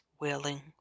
wailing